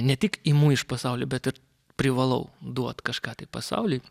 ne tik imu iš pasaulio bet ir privalau duot kažką tai pasauliui